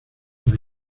por